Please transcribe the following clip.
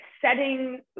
setting